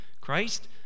Christ